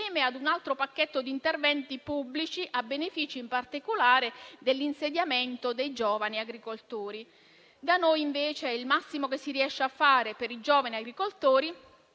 grazie a tutto